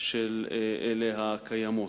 של אלה הקיימות.